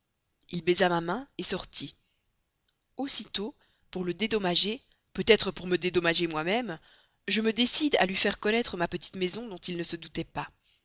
il baisa ma main sortit aussitôt pour le dédommager peut-être aussi pour me dédommager moi-même je me décide à lui faire connaître ma petite maison dont il ne se doutait pas